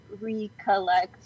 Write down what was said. recollect